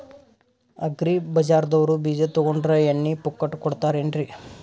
Agri ಬಜಾರದವ್ರು ಬೀಜ ತೊಗೊಂಡ್ರ ಎಣ್ಣಿ ಪುಕ್ಕಟ ಕೋಡತಾರೆನ್ರಿ?